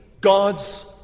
God's